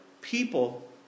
people